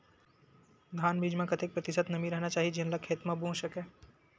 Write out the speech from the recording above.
धान बीज म कतेक प्रतिशत नमी रहना चाही जेन ला खेत म बो सके?